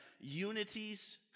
unity's